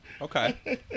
Okay